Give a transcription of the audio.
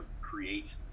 create